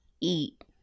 eat